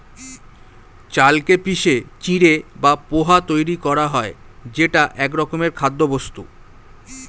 চালকে পিষে চিঁড়ে বা পোহা তৈরি করা হয় যেটা একরকমের খাদ্যবস্তু